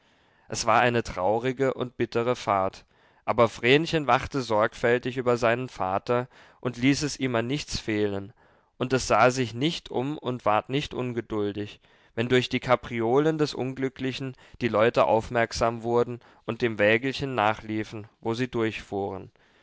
es war eine traurige und bittere fahrt aber vrenchen wachte sorgfältig über seinen vater und ließ es ihm an nichts fehlen und es sah sich nicht um und ward nicht ungeduldig wenn durch die kapriolen des unglücklichen die leute aufmerksam wurden und dem wägelchen nachliefen wo sie durchfuhren